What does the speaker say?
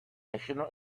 national